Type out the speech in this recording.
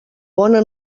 bona